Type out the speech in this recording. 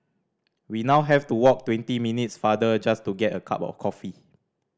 we now have to walk twenty minutes farther just to get a cup of coffee